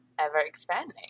ever-expanding